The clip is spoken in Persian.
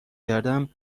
کردم